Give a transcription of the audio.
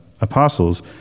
apostles